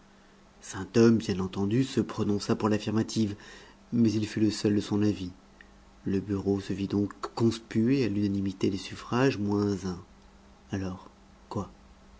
sainthomme bien entendu se prononça pour l'affirmative mais il fut le seul de son avis le bureau se vit donc conspué à l'unanimité des suffrages moins un alors quoi